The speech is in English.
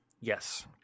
Yes